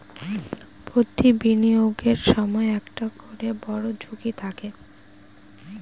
প্রতি বিনিয়োগের সময় একটা করে বড়ো ঝুঁকি থাকে